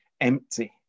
empty